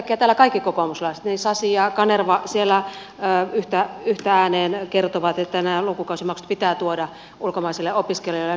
yhtäkkiä täällä kaikki kokoomuslaiset niin sasi kuin kanerva siellä yhteen ääneen kertovat että nämä lukukausimaksut pitää tuoda ulkomaisille opiskelijoille